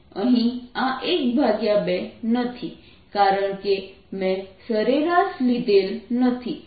અહીં આ 12 નથી કારણ કે મેં સરેરાશ લીધલ નથી